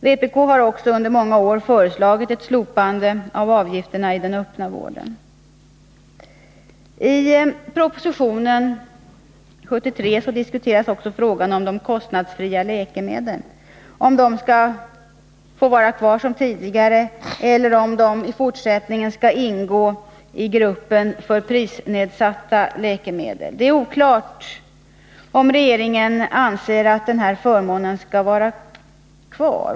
Vpk har också under många år föreslagit ett slopande av avgifterna i den öppna vården. I propositionen 73 diskuteras också frågan om huruvida de kostnadsfria läkemedlen skall få vara kvar eller om de i fortsättningen skall ingå i gruppen prisnedsatta läkemedel. Det är oklart om regeringen anser att den här förmånen skall få vara kvar.